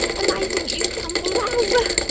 and they think you tumbled over.